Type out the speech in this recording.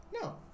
No